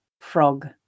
frog